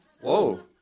Whoa